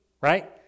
right